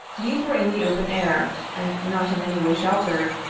these were in the open air, and not in any way sheltered,